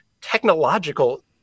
technological